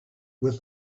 with